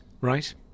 Right